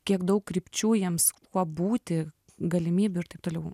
kiek daug krypčių jiems kuo būti galimybių ir taip toliau